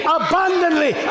abundantly